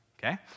Okay